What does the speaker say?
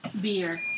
beer